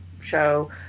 show